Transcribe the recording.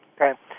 Okay